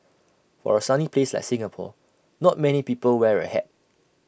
for A sunny place like Singapore not many people wear A hat